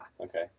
okay